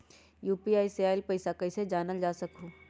UPI से आईल पैसा कईसे जानल जा सकहु?